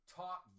top